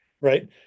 Right